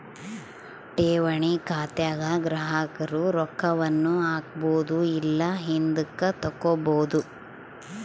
ಠೇವಣಿ ಖಾತೆಗ ಗ್ರಾಹಕರು ರೊಕ್ಕವನ್ನ ಹಾಕ್ಬೊದು ಇಲ್ಲ ಹಿಂದುಕತಗಬೊದು